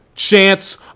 chance